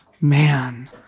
man